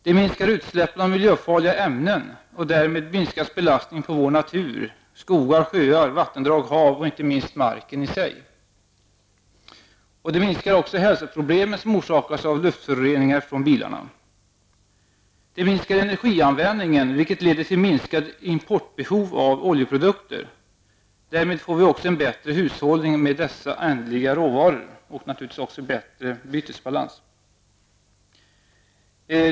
Det minskar utsläppen av miljöfarliga ämnen, och därmed minskas belastningen på vår natur -- skogar, sjöar, vattendrag, hav och inte minst marken i sig. Det minskar också de hälsoproblem som orsakas av luftföroreningar från bilarna. Det minskar energianvändningen, vilket leder till ett minskat behov av import av oljeprodukter. Därmed får vi en bättre hushållning med dessa ändliga råvaror och naturligtvis också en bättre bytesbalans.